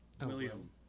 William